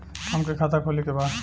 हमके खाता खोले के बा?